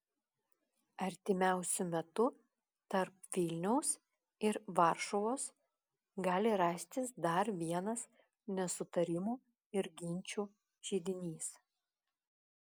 artimiausiu metu tarp vilniaus ir varšuvos gali rastis dar vienas nesutarimų ir ginčų židinys